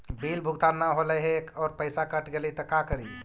Bill भुगतान न हौले हे और पैसा कट गेलै त का करि?